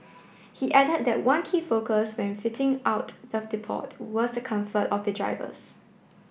he added that one key focus when fitting out the depot was the comfort of the drivers